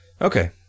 Okay